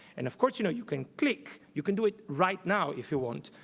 and of course, you know, you can click, you can do it right now if you want.